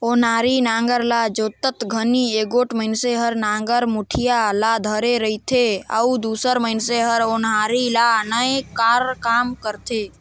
ओनारी नांगर ल जोतत घनी एगोट मइनसे हर नागर मुठिया ल धरे रहथे अउ दूसर मइनसे हर ओन्हारी ल नाए कर काम करथे